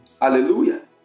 Hallelujah